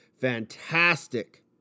fantastic